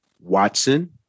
Watson